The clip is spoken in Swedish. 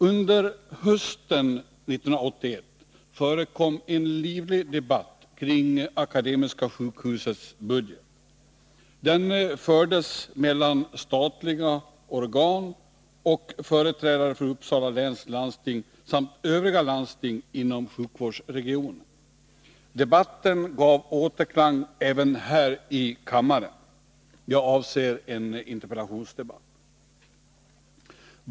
Under hösten 1981 förekom en livlig debatt kring Akademiska sjukhusets budget. Den fördes mellan statliga organ och företrädare för Uppsala läns landsting samt övriga landsting inom sjukvårdsregionen. Debatten gav återklang även här i kammaren. Jag avser en interpellationsdebatt.